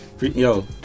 Yo